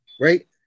Right